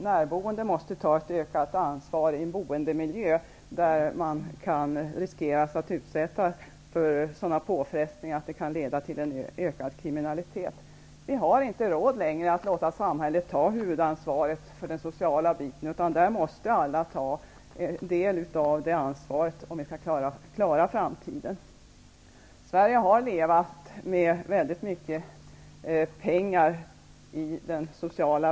Närboende måste ta ett ökat ansvar för sin boendemiljö, där människor riskerar att utsättas för sådana påfrestningar att det kan leda till en ökad kriminalitet. Vi har inte längre råd att låta samhället ta huvudansvaret för den sociala biten. Alla måste ta en del av ansvaret om vi skall kunna klara framtiden. Den sociala välfärden i Sverige har fått kosta väldigt mycket pengar.